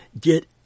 get